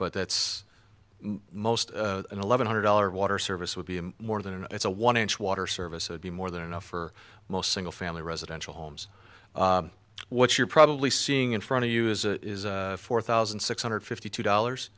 but that's most eleven hundred dollars water service would be more than an it's a one inch water service would be more than enough for most single family residential homes what you're probably seeing in front of you is a four thousand six hundred fifty two dollars